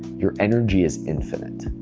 your energy is infinite.